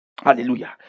Hallelujah